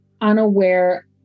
unaware